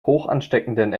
hochansteckenden